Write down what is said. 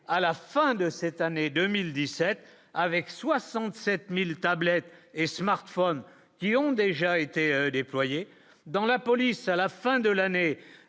à la fin de cette année 2017 avec 67000 tablettes et smartphones qui ont déjà été déployés dans la police, à la fin de l'année